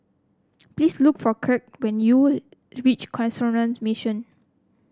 please look for Crete when you reach Canossian Mission